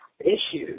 issues